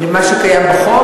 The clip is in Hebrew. למה שקיים בחוק?